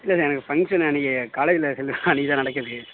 இல்லைல்ல எனக்கு ஃபங்க்ஷன் அன்னக்கு காலேஜில் அன்னக்கு தான் நடக்குது